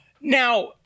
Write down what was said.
Now